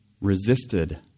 resisted